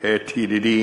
את ידידי